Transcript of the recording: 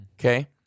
okay